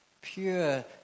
pure